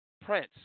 Prince